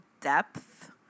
depth